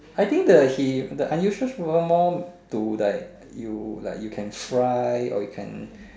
I think the he the unusual super power more to like you like you can fly or you can